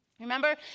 Remember